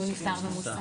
אם הוא נפטר ומוסע.